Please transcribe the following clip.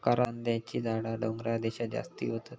करांद्याची झाडा डोंगराळ देशांत जास्ती होतत